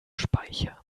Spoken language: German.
speichern